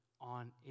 on